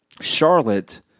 Charlotte